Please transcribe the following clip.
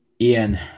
Ian